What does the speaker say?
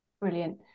Brilliant